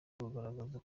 rugaragaza